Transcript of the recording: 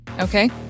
Okay